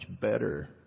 better